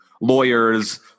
lawyers